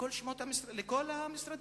לכל המשרדים.